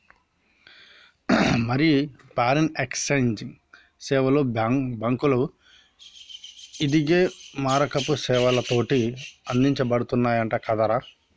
మరి foreign exchange సేవలు బాంకులు, ఇదిగే మారకపు సేవలతోటి అందించబడతయంట కదరా